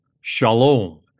shalom